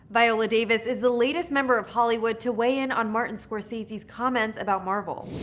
viola davis is the latest member of hollywood to weigh in on martin scorsese's comments about marvel.